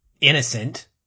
innocent